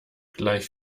gleich